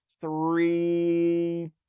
three